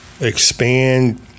expand